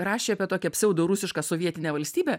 rašė apie tokią pseudorusišką sovietinę valstybę